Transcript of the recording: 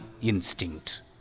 instinct